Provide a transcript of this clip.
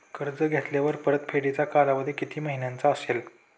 कर्ज घेतल्यावर परतफेडीचा कालावधी किती महिन्यांचा असेल?